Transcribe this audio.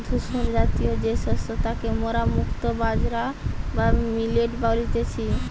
ধূসরজাতীয় যে শস্য তাকে মোরা মুক্তা বাজরা বা মিলেট বলতেছি